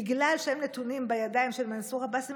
בגלל שהם נתונים בידיים של מנסור עבאס הם